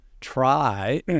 try